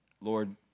Lord